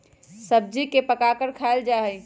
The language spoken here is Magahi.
सब्जी के पकाकर खायल जा हई